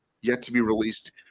yet-to-be-released